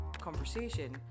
conversation